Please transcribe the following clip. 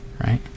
right